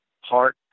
heart